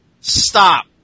Stop